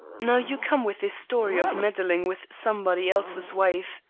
now you come with this story of meddling with somebody else's wife.